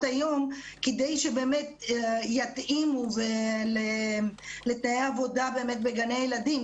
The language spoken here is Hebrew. היום כדי שיתאימו לתנאי העבודה בגני הילדים,